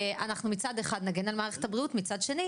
אנחנו מצד אחד מגנים על מערכת הבריאות ומצד שני